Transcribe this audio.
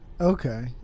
okay